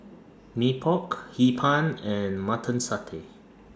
Mee Pok Hee Pan and Mutton Satay